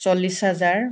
চল্লিছ হাজাৰ